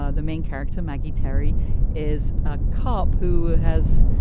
ah the main character maggie terry is a cop who has